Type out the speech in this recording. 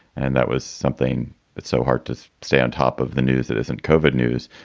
and that was something that's so hard to stay on top of the news that isn't covered news.